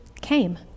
came